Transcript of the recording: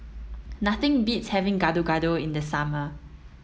nothing beats having Gado Gado in the summer